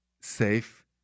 safe